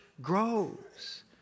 grows